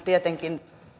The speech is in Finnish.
tietenkin